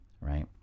right